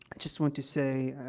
just want to say,